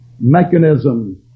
mechanism